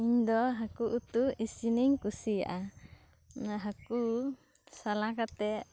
ᱤᱧ ᱫᱚ ᱦᱟᱹᱠᱩ ᱩᱛᱩ ᱤᱥᱤᱱ ᱤᱧ ᱠᱩᱥᱤᱭᱟᱜᱼᱟ ᱦᱟᱹᱠᱩ ᱥᱟᱞᱟ ᱠᱟᱛᱮᱫ